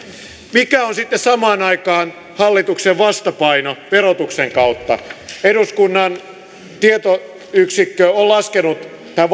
mikä on sitten samaan aikaan hallituksen vastapaino verotuksen kautta eduskunnan tietoyksikkö on laskenut tämän